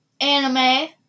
Anime